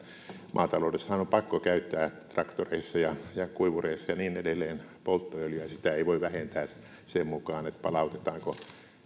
maataloudessahan on pakko käyttää traktoreissa ja ja kuivureissa ja niin edelleen polttoöljyä sitä ei voi vähentää sen mukaan palautetaanko